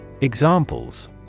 Examples